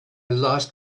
lost